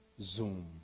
Zoom